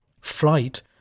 Flight